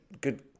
good